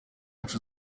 wacu